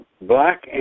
black